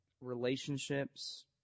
relationships